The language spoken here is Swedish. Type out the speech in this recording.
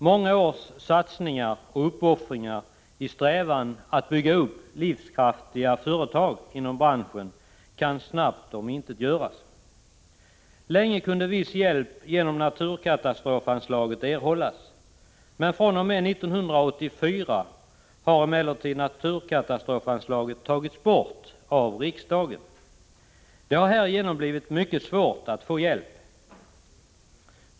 Många års satsningar och uppoffringar i strävan att bygga upp livskraftiga företag inom branschen kan snabbt omintetgöras. Länge kunde viss hjälp erhållas genom naturkatastrofanslaget. fr.o.m. 1984 har emellertid naturkatastrofanslaget tagits bort av riksdagen. Det har härigenom blivit mycket svårt att få hjälp.